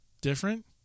different